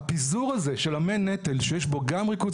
הפיזור הזה של המי נטל שיש בו גם ריכוז